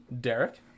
Derek